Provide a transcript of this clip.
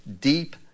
deep